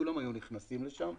כולם היו נכנסים לשם.